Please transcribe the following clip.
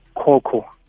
Coco